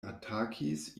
atakis